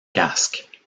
casque